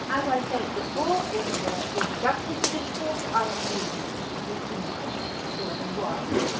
as i said before in the introduction to this course i am using the suzuki method book one.